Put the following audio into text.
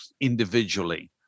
individually